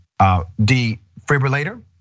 defibrillator